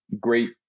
great